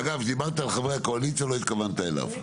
אגב, דיברת על חברי הקואליציה, לא התכוונת אליו.